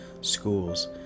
schools